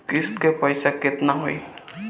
किस्त के पईसा केतना होई?